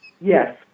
Yes